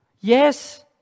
Yes